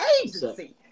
agency